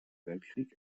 weltkrieg